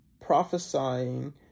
prophesying